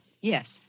Yes